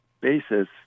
basis